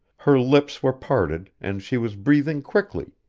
her lips were parted, and she was breathing quickly,